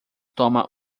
toma